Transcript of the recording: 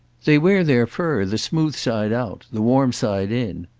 they wear their fur the smooth side out the warm side in.